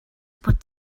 put